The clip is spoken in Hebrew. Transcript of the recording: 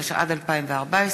התשע"ד 2014,